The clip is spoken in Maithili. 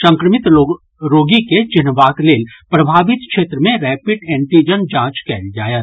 संक्रमित रोगी के चिन्हबाक लेल प्रभावित क्षेत्र मे रैपिड एंटीजन जांच कयल जायत